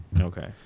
Okay